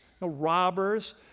robbers